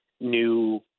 new